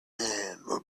him